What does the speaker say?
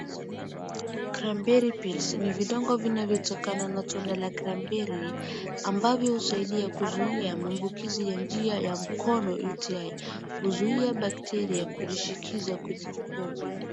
Cranberry pills ni vidonge vinavyotokana na tunda la cranberry ambavyo husaidia kuzuia maambukizi ya njia ya mkono UTI , kuzuia bakteria kujishikiza kwenye kipofu.